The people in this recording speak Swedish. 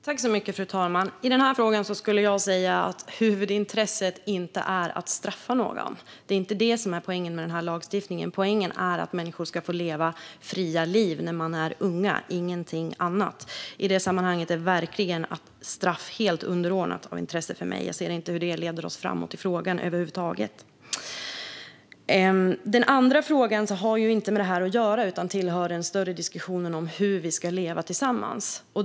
Fru talman! I denna fråga skulle jag vilja säga att huvudintresset inte är att straffa någon. Det är inte det som är poängen med denna lagstiftning. Poängen är att människor ska få leva fria liv när de är unga - ingenting annat. I detta sammanhang är straff verkligen av helt underordnat intresse för mig. Jag ser inte hur det leder oss framåt i frågan över huvud taget. Den andra frågan har inte med detta att göra utan tillhör den större diskussionen om hur vi ska leva tillsammans.